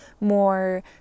more